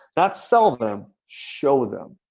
not sell them, show them.